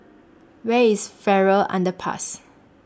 Where IS Farrer Underpass